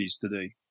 today